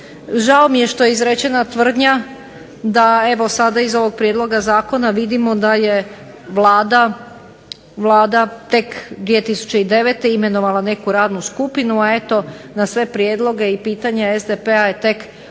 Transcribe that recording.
da mi je žao što je izrečena tvrdnja da sada iz ovog Prijedloga zakona vidimo daje Vlada tek 2009. imenovala neku radnu skupinu, a eto na sve prijedloge i pitanje SDP-a je tek